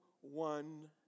one